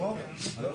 נכון.